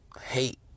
hate